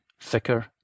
thicker